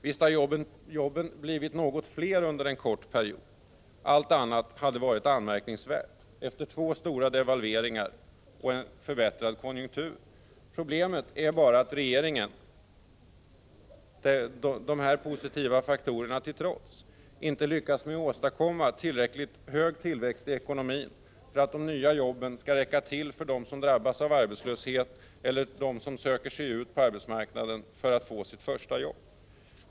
Visst har jobben blivit något fler under en kort period — allt annat hade varit anmärkningsvärt efter två stora devalveringar och en förbättrad konjunktur. Problemet är bara att regeringen, dessa positiva faktorer till trots, inte lyckats åstadkomma tillräckligt hög tillväxt i ekonomin för att de nya jobben skall räcka till för dem som drabbas av arbetslöshet eller söker sig ut på arbetsmarknaden för att få sitt första jobb.